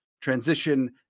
transition